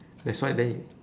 that's why then y~